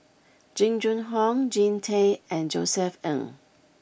Jing Jun Hong Jean Tay and Josef Ng